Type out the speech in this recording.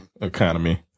economy